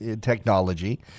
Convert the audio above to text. technology